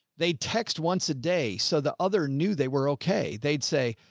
they text once a day, so the other knew they were okay. they'd say,